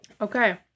Okay